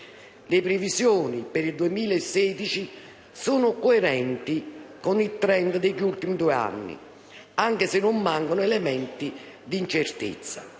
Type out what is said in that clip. Le previsioni per il 2016 sono coerenti con il *trend* degli ultimi due anni, anche se non mancano elementi d'incertezza.